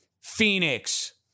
Phoenix